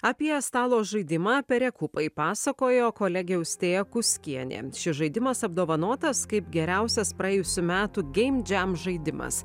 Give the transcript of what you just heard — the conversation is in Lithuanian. apie stalo žaidimą perekupai pasakojo kolegė austėja kuskienė šis žaidimas apdovanotas kaip geriausias praėjusių metų geimdžem žaidimas